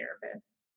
therapist